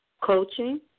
coaching